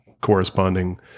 corresponding